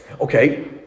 Okay